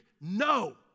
No